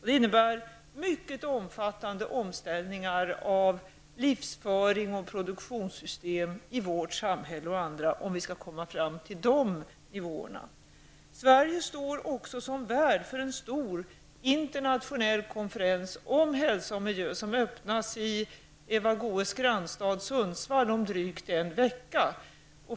Det innebär mycket omfattande omställningar av livsföring och produktionssystem i vårt samhälle och andra om vi skall komma fram till dessa nivåer. Sverige står också som värd för en stor internationell konferens om hälsa och miljö som öppnas i Eva Goe s grannstad Sundsvall om drygt en vecka.